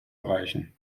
erreichen